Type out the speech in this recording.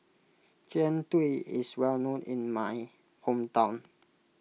Jian Dui is well known in my hometown